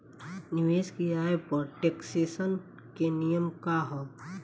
निवेश के आय पर टेक्सेशन के नियम का ह?